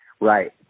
Right